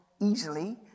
easily